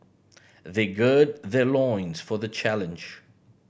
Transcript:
they gird their loins for the challenge